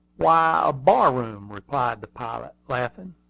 why, a bar-room, replied the pilot, laughing.